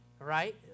Right